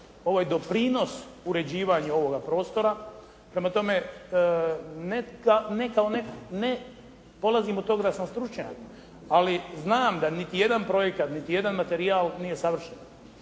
ovo je doprinos uređivanju ovoga prostora, prema tome ne polazim od toga da sam stručnjak, ali znam da niti jedan projekat, niti jedan materijal nije savršen.